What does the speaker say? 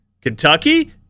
Kentucky